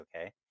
okay